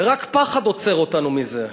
ורק פחד עוצר אותנו מזה,